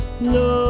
No